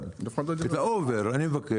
ה-Uber.